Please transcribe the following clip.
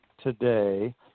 today